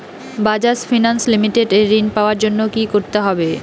Bajaj finance limited এ ঋন পাওয়ার জন্য কি করতে হবে?